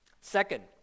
Second